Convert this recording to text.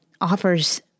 offers